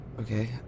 okay